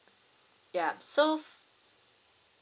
yup so